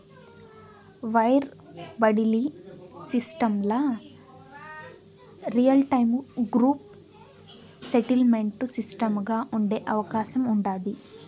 wire బడిలీ సిస్టమ్ల real time group settlement సిస్టముగా ఉండే అవకాశం ఉండాది